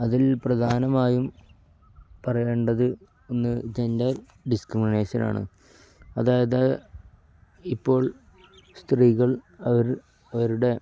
അതിൽ പ്രധാനമായും പറയേണ്ടത് ഒന്ന് ജൻറ്റർ ഡിസ്ക്രിമിനേഷനാണ് അതായത് ഇപ്പോൾ സ്ത്രീകൾ അവർ അവരുടെ